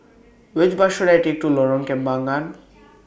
Which Bus should I Take to Lorong Kembangan